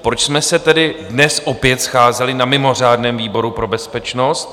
Proč jsme se tedy dnes opět scházeli na mimořádném výboru pro bezpečnost?